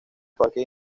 parques